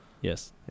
yes